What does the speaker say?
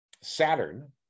Saturn